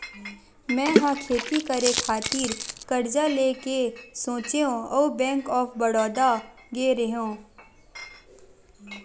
मै ह खेती करे खातिर करजा लेय के सोचेंव अउ बेंक ऑफ बड़ौदा गेव रेहेव